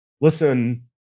Listen